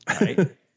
right